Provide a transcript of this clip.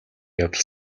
явдал